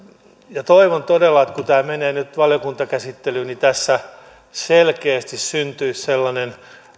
toivon todella että kun tämä menee nyt valiokuntakäsittelyyn niin tässä selkeästi syntyisi sellainen